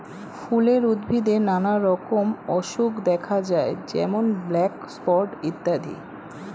ফুলের উদ্ভিদে নানা রকম অসুখ দেখা যায় যেমন ব্ল্যাক স্পট ইত্যাদি